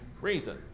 reason